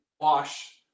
wash